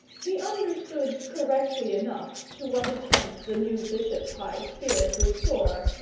he understood correctly enough to what attempts the new bishop's high spirit would soar,